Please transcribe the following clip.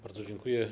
Bardzo dziękuję.